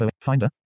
Finder